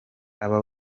abo